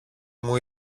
μου